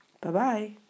Bye-bye